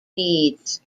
needs